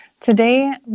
today